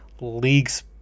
league's